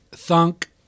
Thunk